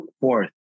fourth